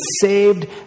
saved